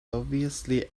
obviously